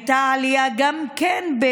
בשנה שעברה הייתה עלייה, גם כן משמעותית,